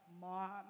Mom